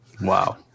Wow